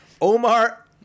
Omar